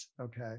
Okay